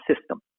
system